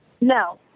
No